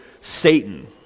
Satan